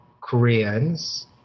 Koreans